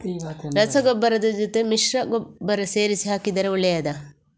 ರಸಗೊಬ್ಬರದ ಜೊತೆ ಮಿಶ್ರ ಗೊಬ್ಬರ ಸೇರಿಸಿ ಹಾಕಿದರೆ ಒಳ್ಳೆಯದಾ?